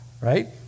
right